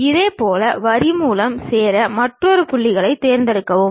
எனவே இந்த பக்கவாட்டு தோற்றமானது ப்ரொபைல் தளத்தில் பெறப்படுகிறது